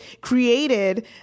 created